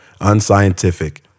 unscientific